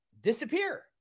disappear